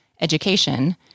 education